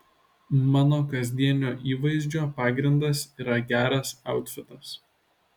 mano kasdienio įvaizdžio pagrindas yra geras autfitas